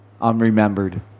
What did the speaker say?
unremembered